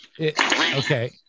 Okay